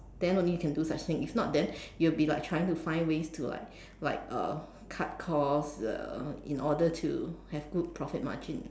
then only you can do such thing if not then you'll be like trying to find ways to like like uh cut cost uh in order to have good profit margin